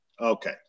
Okay